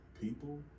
people